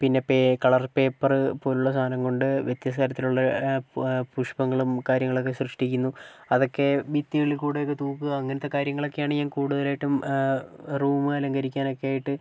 പിന്നെ പേ colour paper പോലുള്ള സാധനം കൊണ്ട് വ്യത്യസ്ത തരത്തിലുള്ള പു പുഷ്പങ്ങളും കാര്യങ്ങളൊക്കെ സൃഷ്ടിക്കുന്നു അതൊക്കെ ഭിത്തികളിൽക്കൂടെയൊക്കെ തൂക്കുക അങ്ങനെത്തെ കാര്യങ്ങളൊക്കെയാണ് ഞാൻ കൂടുതലായിട്ടും റൂം അലങ്കരിക്കാനൊക്കെയായിട്ട്